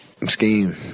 scheme